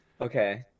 okay